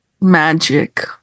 magic